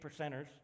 percenters